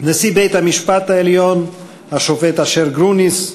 נשיא בית-המשפט העליון השופט אשר גרוניס,